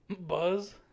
Buzz